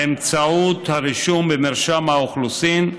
באמצעות הרישום במרשם האוכלוסין,